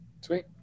Sweet